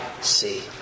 see